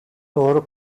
doğru